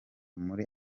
muri